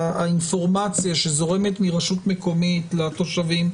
האינפורמציה שזורמת מרשות מקומית לתושבים,